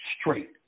straight